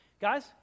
Guys